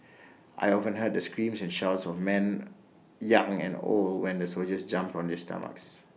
I often heard the screams and shouts of men young and old when the soldiers jumped on their stomachs